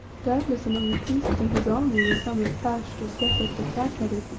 doubtless among the priests in his army were some of pasht or sekket the cat-headed,